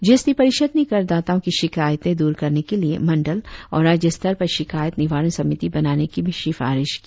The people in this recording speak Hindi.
जी एस टी परिषद ने करदाताओं की शिकायतें दूर करने के लिए मंडल और राज्य स्तर पर शिकायत निवारण समिति बनाने की भी सिफारिश की